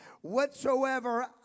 whatsoever